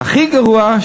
והכי גרוע,